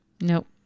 Nope